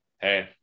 Hey